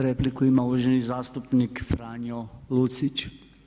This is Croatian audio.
Repliku ima uvaženi zastupnik Franjo Lucić.